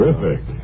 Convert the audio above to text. terrific